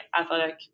athletic